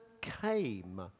came